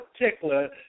particular